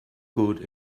good